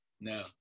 No